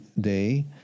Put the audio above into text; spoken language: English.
day